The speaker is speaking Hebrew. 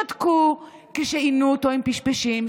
שתקו כשעינו אותו עם פשפשים,